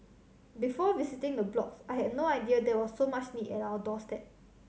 before visiting the blocks I had no idea there was so much need at our doorstep